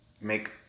make